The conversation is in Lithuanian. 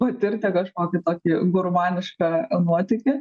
patirti kažkokį tokį gurmanišką nuotykį